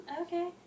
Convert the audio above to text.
Okay